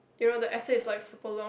you know the essay is like super long